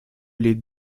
les